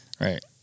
Right